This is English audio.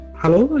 hello